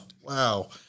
wow